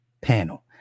panel